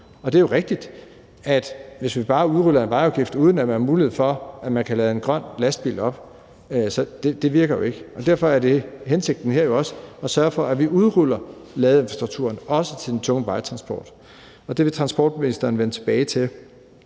Og det er jo rigtigt, at hvis vi bare udruller en vejafgift, uden at man har mulighed for at lade en grøn lastbil op, så virker det ikke. Derfor er hensigten her jo også at sørge for, at vi udruller ladeinfrastrukturen – også til den tunge vejtransport. Det vil transportministeren vende tilbage til,